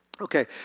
Okay